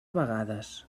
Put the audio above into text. vegades